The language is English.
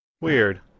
Weird